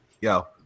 yo